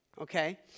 Okay